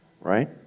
right